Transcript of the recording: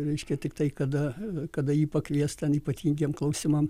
reiškia tiktai kada kada jį pakvies ten ypatingiem klausimam